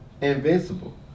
Invincible